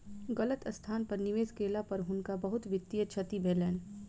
गलत स्थान पर निवेश केला पर हुनका बहुत वित्तीय क्षति भेलैन